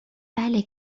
بله